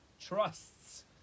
trusts